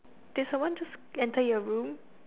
did someone just enter your room